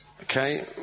okay